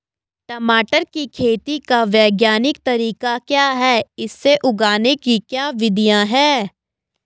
टमाटर की खेती का वैज्ञानिक तरीका क्या है इसे उगाने की क्या विधियाँ हैं?